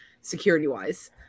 security-wise